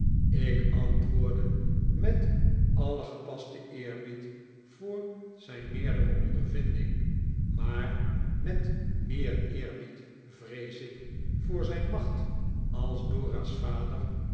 ik antwoordde met alien gepasten eerbied voor zijn meerdere ondervinding maar met meer eerbied vrees ik voor zijn macht als dora's vader